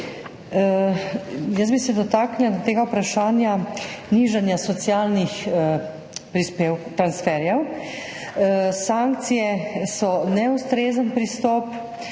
Jaz bi se dotaknila tega vprašanja nižanja socialnih transferjev. Sankcije so neustrezen pristop.